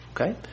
okay